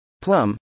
Plum